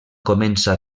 comença